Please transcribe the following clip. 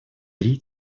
три